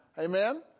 Amen